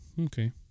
Okay